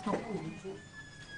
היינו גובים על העבודה הזאת